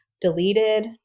deleted